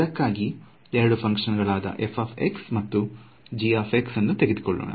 ಅದಕ್ಕಾಗಿ ಎರಡು ಫ್ಹಂಕ್ಷನ್ ಗಳಾದ ಮತ್ತು ಅನ್ನು ತೆಗೆದುಕೊಳ್ಳೋಣ